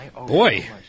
Boy